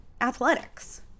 athletics